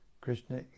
Krishna